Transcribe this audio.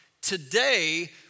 today